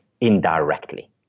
indirectly